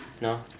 No